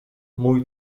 mój